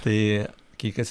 tai kei kas